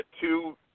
two